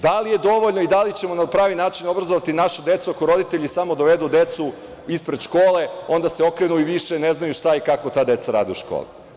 Da li je dovoljno i da li ćemo na pravi način obrazovati našu decu ako roditelji samo dovedu decu ispred škole, onda se okrenu i više ne znaju šta i kako ta deca rade u školi?